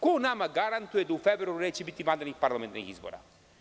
Ko nama garantuje da u februaru neće biti vanrednih parlamentarnih izbora?